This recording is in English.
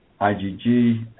IgG